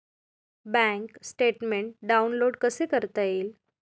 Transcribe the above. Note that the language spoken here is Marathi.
बँक स्टेटमेन्ट डाउनलोड कसे करता येईल?